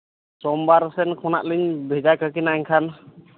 ᱥᱳᱢᱵᱟᱨᱥᱮᱱ ᱠᱷᱱᱟᱜᱞᱤᱧ ᱵᱷᱮᱡᱟᱠᱟᱠᱤᱱᱟ ᱮᱱᱠᱷᱟᱱ